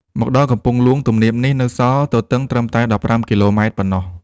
មកដល់កំពង់ហ្លួង ទំនាបនេះនៅសល់ទទឹងត្រឹមតែ ១៥ គីឡូម៉ែត្រប៉ុណ្ណោះ។